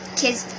kids